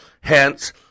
Hence